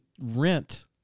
rent